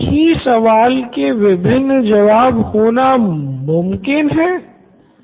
Siddharth Maturi CEO Knoin electronics तो कारण है की छात्र को फैंसी उपकरण ट्रैंडी लर्निंग उपकरण का इस्तेमाल करने को मिलता है